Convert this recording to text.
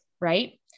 Right